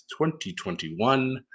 2021